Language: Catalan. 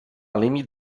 límit